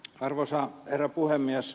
arvoisa herra puhemies